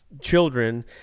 children